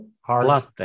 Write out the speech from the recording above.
hard